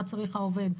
מה צריך העובד,